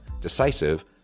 decisive